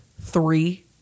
three